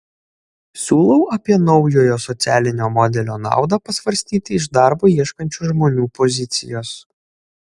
siūlau apie naujojo socialinio modelio naudą pasvarstyti iš darbo ieškančių žmonių pozicijos